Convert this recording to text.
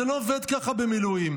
זה לא עובד ככה במילואים.